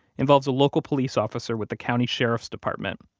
involves a local police officer with the county sheriff's department.